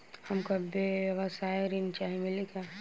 हमका व्यवसाय ऋण चाही मिली का?